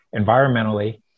environmentally